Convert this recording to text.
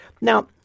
Now